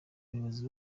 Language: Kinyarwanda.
umuyobozi